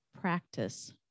practice